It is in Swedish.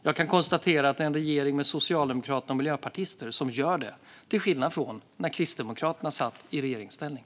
Jag kan konstatera att det är en regering med socialdemokrater och miljöpartister som gör det, till skillnad från när Kristdemokraterna satt i regeringsställning.